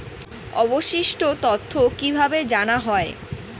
অবশিষ্ট অর্থ কিভাবে জানা হয়?